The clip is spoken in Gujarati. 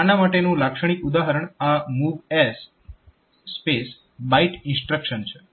તો આના માટેનું લાક્ષણિક ઉદાહરણ આ MOVS BYTE ઇન્સ્ટ્રક્શન છે